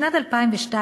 בשנת 2002,